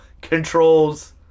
controls